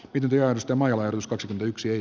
videoista majoitusta yksin